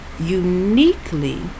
Uniquely